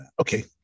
Okay